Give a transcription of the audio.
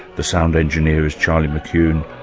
the sound engineer is charlie mckune,